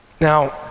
Now